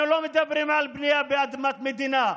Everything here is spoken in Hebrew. אנחנו לא מדברים על בנייה באדמות מדינה,